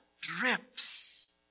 drips